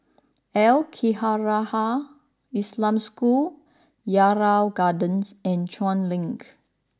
Al Khairiah Islamic School Yarrow Gardens and Chuan Link